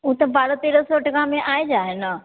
ओ तऽ बारह तेरह सौ टकामे आबि जाय हय नऽ